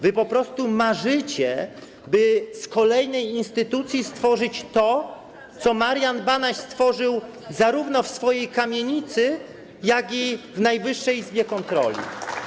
Wy po prostu marzycie, by z kolejnej instytucji stworzyć to, co Marian Banaś stworzył zarówno w swojej kamienicy, jak i w Najwyższej Izbie Kontroli.